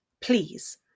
Please